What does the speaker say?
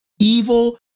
evil